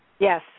Yes